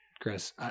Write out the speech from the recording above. Chris